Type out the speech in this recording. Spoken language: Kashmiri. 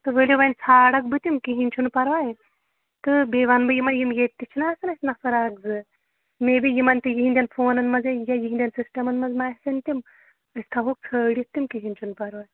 تہٕ ؤلِو وۄنۍ ژھارکھ بہٕ تِم کِہیٖنۍ چھُنہٕ پَرواے تہٕ بیٚیہِ وَنہٕ بہٕ یِمن یِم ییٚتہِ تہِ چھِنہٕ آسان اَسہِ نَفَر اَکھ زٕ مے بی یِمَن تہِ یِہِنٛدٮ۪ن فونَن منٛز یا یِہٕنٛدٮ۪ن سِسٹَمن منٛز ما آسن تِم أسۍ تھاووکھ ژھٲرتھ تِم کِہیٖنۍ چھُنہٕ پَرواے